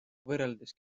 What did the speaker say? võrreldes